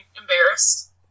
embarrassed